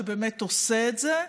שבאמת עושה את זה.